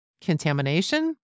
contamination